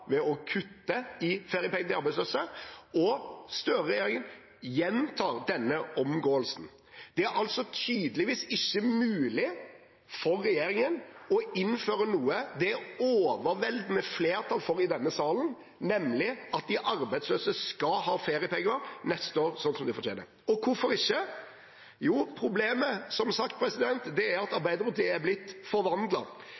ved å kutte i feriepenger til arbeidsløse, og Støre-regjeringen gjentar denne omgåelsen. Det er altså tydeligvis ikke mulig for regjeringen å innføre noe det er overveldende flertall for i denne salen, nemlig at de arbeidsløse skal ha feriepenger neste år, slik de fortjener. Og hvorfor ikke? Jo, problemet – som sagt – er at